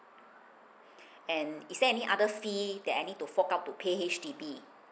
and is there any other fee that I need to fork out to pay H_D_B